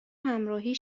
همراهی